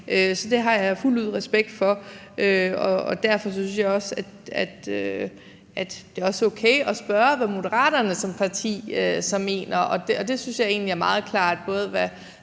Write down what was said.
så det har jeg fuldt ud respekt for. Derfor synes jeg også, det er okay at spørge, hvad Moderaterne som parti så mener. Og jeg synes egentlig, det er meget klart,